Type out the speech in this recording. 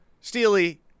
Steely